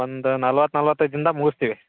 ಒಂದು ನಲ್ವತ್ತು ನಲ್ವತೈದು ದಿನದಾಗ ಮುಗಿಸ್ತೇವೆ